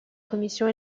commission